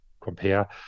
compare